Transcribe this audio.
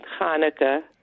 Hanukkah